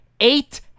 eight